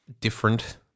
different